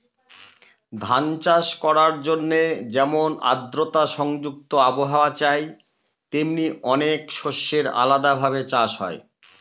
ধান চাষ করার জন্যে যেমন আদ্রতা সংযুক্ত আবহাওয়া চাই, তেমনি অনেক শস্যের আলাদা ভাবে চাষ হয়